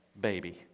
baby